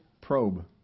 Probe